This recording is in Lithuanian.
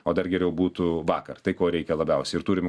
o dar geriau būtų vakar tai ko reikia labiausiai ir turim